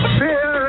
fear